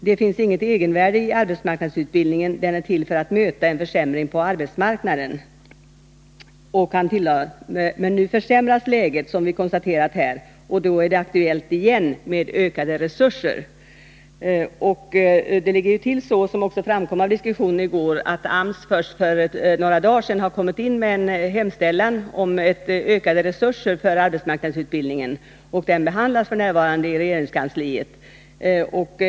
Det finns inget egenvärde i arbetsmarknadsutbildningen — den är till för att möta en försämring på arbetsmarknaden.” Och arbetsmarknadsministern tillade: ”Men nu försämras läget, som vi konstaterat här, och då är det aktuellt igen med ökade resurser.” Det ligger ju till så, som också framkom av diskussionen i går, att AMS först för några dagar sedan kom in med en hemställan om ökade resurser för arbetsmarknadsutbildningen, och den behandlas f. n. i regeringskansliet.